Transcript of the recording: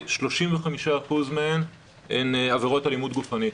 35% מהם הן עבירות אלימות גופנית,